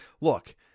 Look